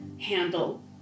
handle